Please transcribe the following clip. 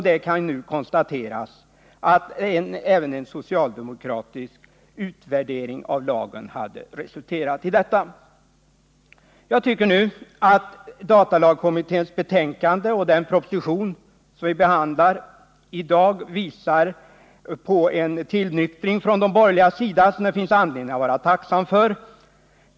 Det kan nu konstateras att även en socialdemokratisk utvärdering av lagen hade resulterat i detta. Jag tycker att datalagstiftningskommitténs betänkande och den proposition som vi behandlar i dag visar på en tillnyktring från de borgerligas sida som det finns anledning att vara tacksam för.